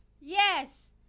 Yes